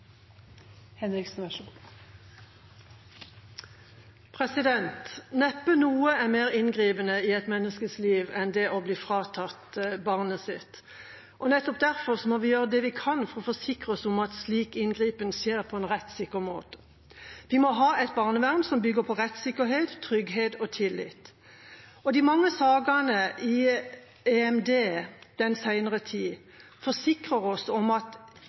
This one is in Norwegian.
å bli fratatt barnet sitt. Nettopp derfor må vi gjøre det vi kan for å forsikre oss om at slik inngripen skjer på en rettssikker måte. Vi må ha et barnevern som bygger på rettssikkerhet, trygghet og tillit. De mange sakene i EMD den senere tid forsikrer oss ikke om at